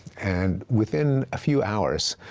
and within a few hours,